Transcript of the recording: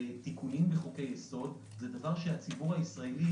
לתיקונים בחוקי-יסוד זה דבר שהציבור הישראלי,